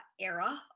era